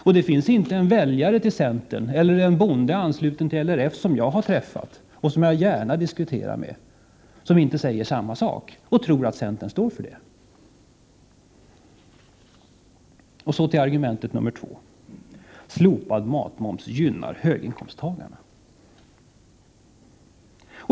Jag har inte träffat en centerväljare eller en bonde ansluten till LRF —-som jag gärna diskuterar med — som inte säger samma sak och tror att centern står för det. Så till argument nr 2 att slopad matmoms gynnar höginkomsttagarna.